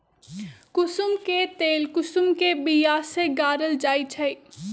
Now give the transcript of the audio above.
कुशुम के तेल कुशुम के बिया से गारल जाइ छइ